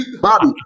Bobby